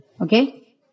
Okay